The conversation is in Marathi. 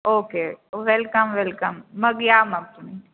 ओके वेलकम वेलकम मग या मग तुम्ही